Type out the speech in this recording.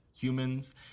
humans